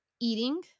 eating